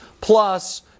plus